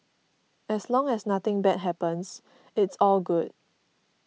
as long as nothing bad happens it's all good